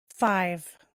five